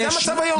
זה המצב היום.